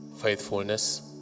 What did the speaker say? faithfulness